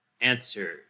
answer